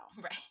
Right